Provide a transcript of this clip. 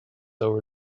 over